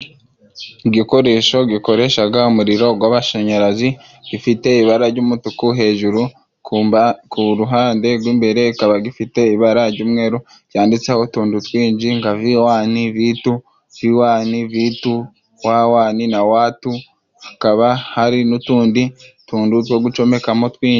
Igikoresho gikoreshaga umuriro gw'amashanyarazi, gifite ibara ry'umutuku, hejuru ku ruhande rw'imbere, kikaba gifite ibara ry'umweru, cyanditseho utuntu twinshi nka viwani, vitu, viwani vitu, wawani na watu, hakaba hari n'utundi tuntu two gucomekamo twinshi.